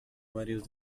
varios